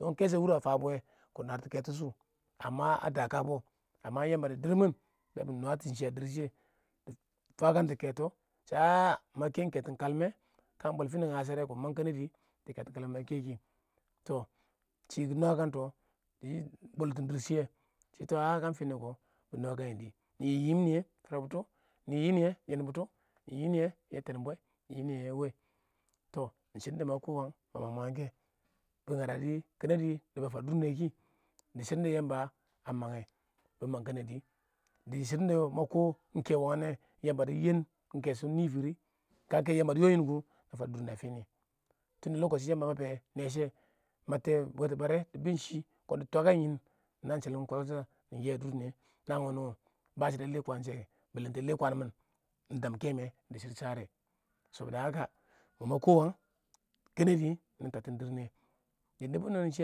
iɪng kə shɛ wuri wə a fabs bu wɛ bɪ naarts keto shʊ a dakar ba Yamba a dɪrr mɪn dɪ faltanta keto a'a ma keen ketsn kal mɪ, iɪng bwal fine iɪng ngashere kɪ mang kɛnɛdɪ dɪ ketin kalmɛ ma keki shɪ dɪ nwakants dɪ bwaltin dɪrr shiye, shɪ a'a kə iɪng fini kɪ, bɪ nwakan nɪ dɪ nɪ yɪ fankuwɪ nɪyɛ far butɔ nɪ yɪ fankuwɪ niyɛ yenbunts nɪ yɪ fankuwɪ nɪyɛ yɛ wa longɪm iɪng shidin da maka wangɪn ba mang mangna kɛ kiɪnɪ fankuwɪ fan kɛnɛdɪ nimang kɛnɛdɪ dɪ shiɪdɔʊ da ma kɪ iɪng kɛ wangɪn na Yamba dɪ yiiin iɪng kasha nɪ fɪrɪ kə king Yamba dɪ yɪɪn nɪ kʊ na fadas Yamba dɪ yɪɪn nɪ kʊ na fadas durniye a fini Yamba a be neeshe be te bwets bara dɪ bu shɪ kiɪn dɪ bwats. nanls shilim ma ya dɪ shɪ naan wuni ba shidar a kɛ kwaan mɪn mʊ ma kʊ wangɪn kɛnɛdɪ nɪ tabtun dɪrr nɪyɛ yamba shɪn kə shɪ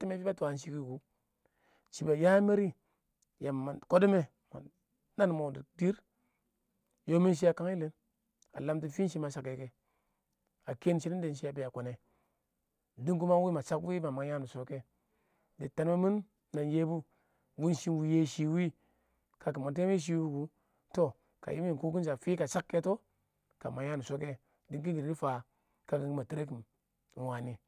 shɪ a be a ama shibi yendidi bɪ lam mʊ dɪ dɪrr, mɪ a tɔ ba shɪdo a lɛ kwaan kɛnɛdɪ kiɪnɪ tabtin dɪrr nɪyɛ dɪ ninsn shɪ kə ba a fɪ a time fɪ kɪ shɪ ba mɛrɪ ya mang kidsme nen mʊ dɪ dɪrr yɪ ma shɪ a kang yɪlɪn a llamtin fɪn shɪ ma chaks a keen shiɪdɔʊ da asbae a kan nɛ dɪng wɪɪn ma shak ma mang yam dɪ shaka dɪ tɛnbʊn mɪn nan yɛbʊ iɪng yɛ shɪ wʊ kʊ kə yimmin lang kɪ kiɪn sha fɪ kə shak keto kə mang yaam dɪn kɪm kiɪdɪ kɪ fan yamba yikin iɪng wani